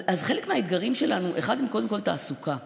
חלק מהאתגרים שלנו זה קודם כול תעסוקה,